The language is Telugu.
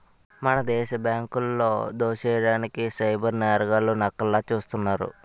మన దేశ బ్యాంకులో దోసెయ్యడానికి సైబర్ నేరగాళ్లు నక్కల్లా సూస్తున్నారు